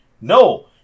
No